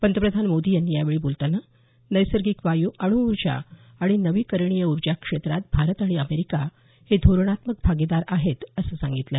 पंतप्रधान मोदी यांनी यावेळी बोलताना नैसर्गिक वायू अण्ऊर्जा आणि नवीकरणीय ऊर्जा क्षेत्रात भारत आणि अमेरिका हे धोरणात्मक भागीदार आहेत असं सांगितलं